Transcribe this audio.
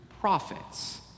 prophets